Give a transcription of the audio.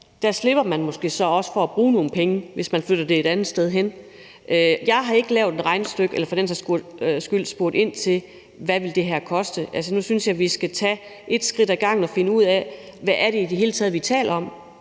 i dag, kan man måske også slippe for at bruge nogle penge, hvis man flytter det et andet sted hen. Jeg har ikke lavet et regnestykke eller for den sags skyld spurgt ind til, hvad det her vil koste. Nu synes jeg, at vi skal tage et skridt ad gangen og finde ud af, hvad det i det hele taget er, vi taler om,